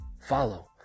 follow